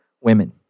women